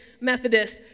Methodist